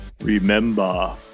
Remember